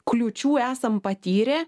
kliūčių esam patyrę